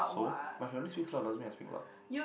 so my family speaks loud doesn't mean I speak loud